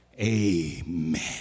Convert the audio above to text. amen